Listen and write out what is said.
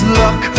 luck